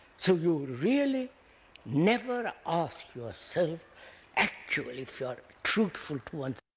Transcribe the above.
so you really never ask yourself actually, if you are truthful to and